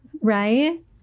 right